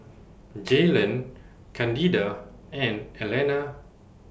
Jaylon Candida and Alanna